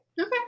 Okay